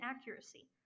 accuracy